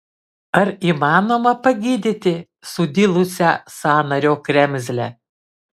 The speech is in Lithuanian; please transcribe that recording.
ar įmanoma pagydyti sudilusią sąnario kremzlę